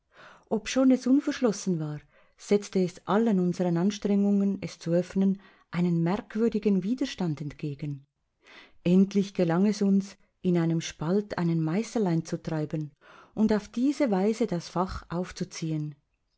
obschon es unverschlossen war setzte es allen unseren anstrengungen es zu öffnen einen merkwürdigen widerstand entgegen endlich gelang es uns in einem spalt einen meisel einzutreiben und auf diese weise das fach aufzuziehen